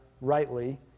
Rightly